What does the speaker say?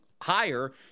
higher